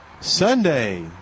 Sunday